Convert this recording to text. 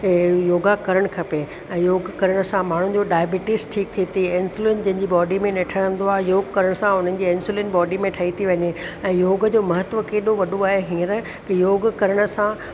योगा करणु खपे ऐं योग करण सां माण्हुनि जो डायबिटीज़ ठीक थी ते ऐं एंसलिन जंहिंजी बॉडी में न ठहंदो आहे योग करण सां उन्हनि जे एंसुलिन बॉडी में ठही थी वञे ऐं योग जो महत्व केॾो वॾो आहे हींअर योग करण सां